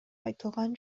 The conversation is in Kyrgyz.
айтылган